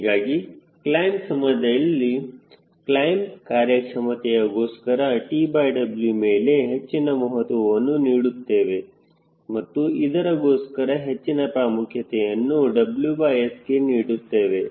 ಹೀಗಾಗಿ ಕ್ಲೈಮ್ ಸಮಯದಲ್ಲಿ ಕ್ಲೈಮ್ ಕಾರ್ಯಕ್ಷಮತೆಯ ಗೋಸ್ಕರ TW ಮೇಲೆ ಹೆಚ್ಚಿನ ಮಹತ್ವವನ್ನು ನೀಡುತ್ತೇವೆ ಮತ್ತು ಇದರ ಗೋಸ್ಕರ ಹೆಚ್ಚಿನ ಪ್ರಾಮುಖ್ಯತೆಯನ್ನು WSಗೆ ನೀಡುತ್ತೇವೆ